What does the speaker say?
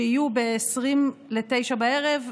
שיהיו ב-20:40,